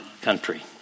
country